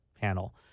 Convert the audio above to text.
panel